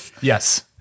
yes